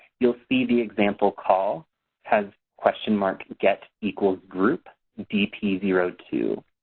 you'll see the example call has question mark get equals group d p zero two.